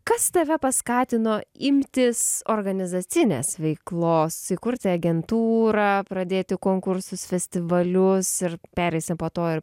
kas tave paskatino imtis organizacinės veiklos įkurti agentūrą pradėti konkursus festivalius ir pereisim po to ir